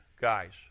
guys